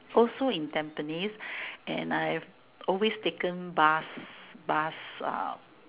also in Tampines and I've always taken bus bus uh